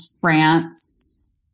France